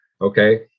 Okay